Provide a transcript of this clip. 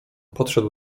podszedł